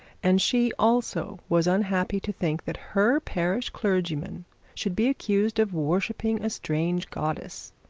and she, also, was unhappy to think that her parish clergyman should be accused of worshipping a strange goddess.